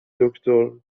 دکتر